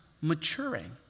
maturing